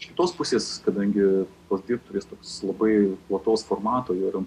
iš kitos pusės kadangi tos dirbtuvės toks labai plataus formato ir